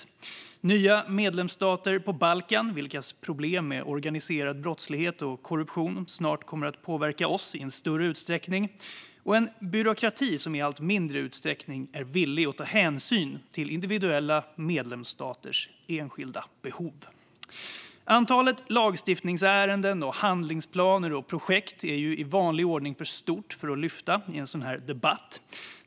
Vidare är det nya medlemsstater på Balkan, vilkas problem med organiserad brottslighet och korruption snart kommer att påverka oss i en större utsträckning, och en byråkrati som i allt mindre utsträckning är villig att ta hänsyn till individuella medlemsstaters enskilda behov. Antalet lagstiftningsärenden, handlingsplaner och projekt är i vanlig ordning för stort för att lyfta upp i en sådan här debatt.